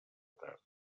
tard